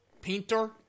Painter